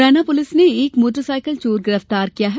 Morena police ने एक motorcycle चोर गिरफ्तार किया है